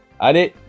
Allez